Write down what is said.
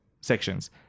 sections